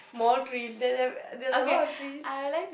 more trees there there there are a lot of trees